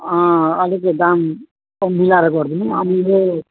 अँ अलिकति दाम कम मिलाएर गरिदिनु अब यो